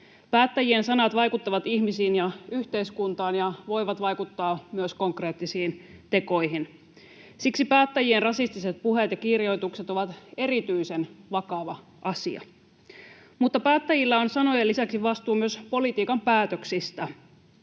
Päättäjien sanat vaikuttavat ihmisiin ja yhteiskuntaan ja voivat vaikuttaa myös konkreettisiin tekoihin. Siksi päättäjien rasistiset puheet ja kirjoitukset ovat erityisen vakava asia. Mutta päättäjillä on sanojen lisäksi vastuu myös politiikan päätöksistä.